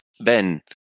Ben